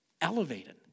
elevated